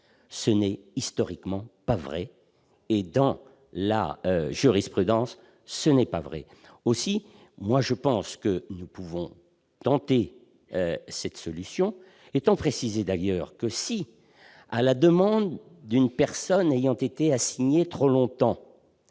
ce n'est historiquement pas vrai et dans la jurisprudence, ce n'est pas vrai aussi, moi je pense que nous pouvons tenter cette solution étant précisé d'ailleurs que si, à la demande d'une personne ayant été assigné trop longtemps